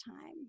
time